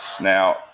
Now